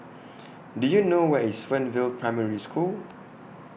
Do YOU know Where IS Fernvale Primary School